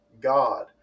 God